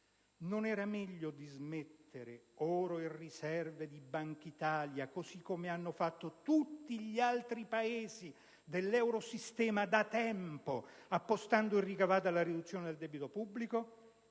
Non era meglio dismettere oro e riserve della Banca d'Italia, così come hanno fatto tutti gli altri Paesi dell'eurosistema da tempo, appostando il ricavato alla riduzione del debito pubblico?